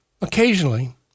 Occasionally